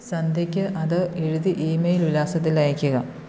സന്ധ്യക്ക് അത് എഴുതി ഈമെയിൽ വിലാസത്തിൽ അയയ്ക്കുക